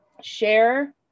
share